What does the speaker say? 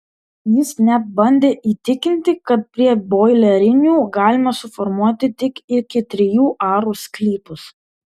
jis net bandė įtikinti kad prie boilerinių galima suformuoti tik iki trijų arų sklypus